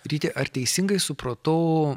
ryti ar teisingai supratau